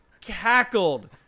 cackled